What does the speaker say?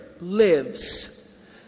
lives